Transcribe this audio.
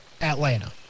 Atlanta